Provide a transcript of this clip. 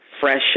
fresh